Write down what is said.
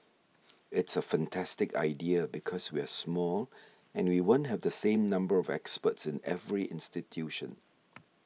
it's a fantastic idea because we're small and we won't have the same number of experts in every institution